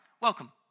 welcome